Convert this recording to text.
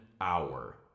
hour